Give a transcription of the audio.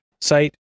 site